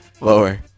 Lower